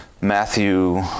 Matthew